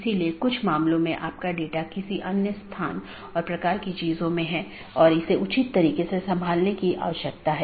तो यह AS संख्याओं का एक सेट या अनुक्रमिक सेट है जो नेटवर्क के भीतर इस राउटिंग की अनुमति देता है